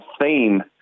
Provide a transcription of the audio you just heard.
theme